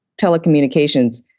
telecommunications